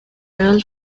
real